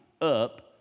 up